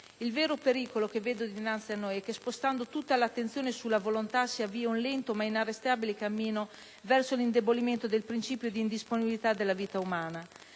Il vero pericolo che vedo dinanzi a noi è che, spostando tutta l'attenzione sulla volontà, si avvii un lento ma inarrestabile cammino verso l'indebolimento del principio di indisponibilità della vita umana.